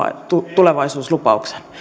tulevaisuuslupauksen